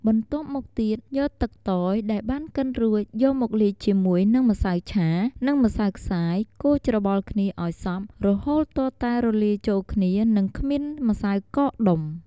បន្ទាប់មកទៀតយកទឹកតើយដែលបានកិនរួចយកមកលាយជាមួយនឹងម្សៅឆានិងម្សៅខ្សាយកូរច្របល់គ្នាឲ្យសព្វរហូតទាល់តែរលាយចូលគ្នានិងគ្មានម្សៅកកដុំ។